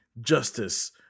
justice